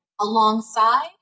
alongside